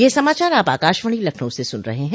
ब्रे क यह समाचार आप आकाशवाणी लखनऊ से सुन रहे हैं